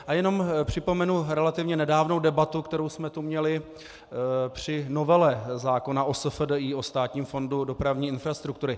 A jenom připomenu relativně nedávnou debatu, kterou jsme tu měli při novele zákona o SFDI, o Státním fondu dopravní infrastruktury.